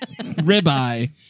ribeye